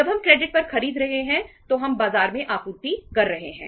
जब हम क्रेडिट पर खरीद रहे हैं तो हम बाजार में आपूर्ति कर रहे हैं